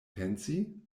pensi